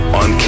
on